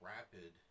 Rapid